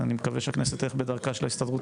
אני מקווה שהכנסת תלך בדרכה של ההסתדרות